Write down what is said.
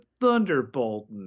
Thunderbolton